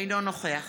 אינו נוכח